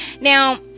Now